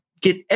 get